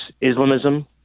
Islamism